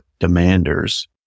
demanders